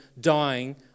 dying